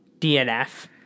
DNF